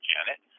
Janet